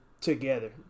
Together